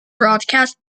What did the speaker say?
broadcast